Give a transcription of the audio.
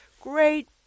Great